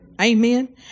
Amen